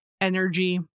energy